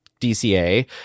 DCA